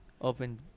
Open